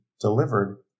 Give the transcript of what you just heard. delivered